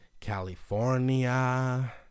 California